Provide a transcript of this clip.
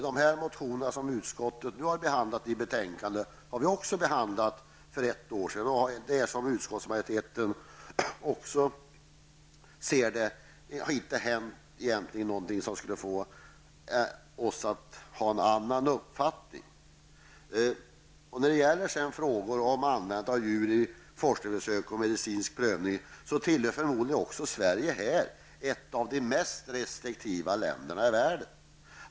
De motioner som utskottet har behandlat har vi också behandlat för ett år sedan. Utskottsmajoriteten anser att det egentligen inte har hänt någonting som skulle föranleda oss att ändra uppfattning. När det gäller frågor om användande av djur i forskningsförsök och medicinsk prövning är Sverige förmodligen ett av de mest restriktiva länderna i världen.